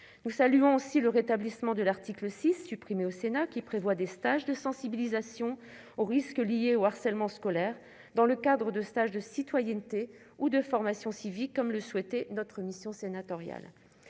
Nous saluons aussi le rétablissement de l'article 6, supprimé au Sénat, qui prévoit des stages de sensibilisation aux risques liés au harcèlement scolaire dans le cadre de stages de citoyenneté ou de formation civique, comme le souhaitait notre mission sénatoriale.